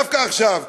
דווקא עכשיו,